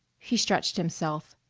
he stretched himself.